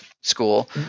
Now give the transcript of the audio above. school